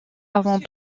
avant